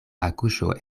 akuŝo